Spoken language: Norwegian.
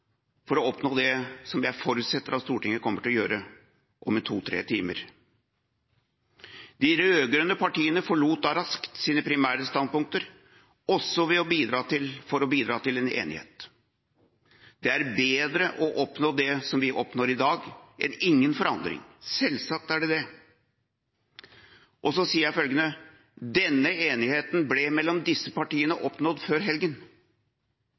for å oppnå det som jeg forutsetter at Stortinget kommer til å gjøre om to–tre timer. De rød-grønne partiene forlot da raskt sine primære standpunkter, også for å bidra til enighet. Det er bedre å oppnå det som vi oppnår i dag, enn ingen forandring – selvsagt er det det! Og så sier jeg følgende: Denne enigheten mellom disse partiene ble oppnådd før helgen.